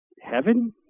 heaven